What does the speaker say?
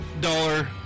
dollar